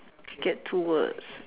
get two words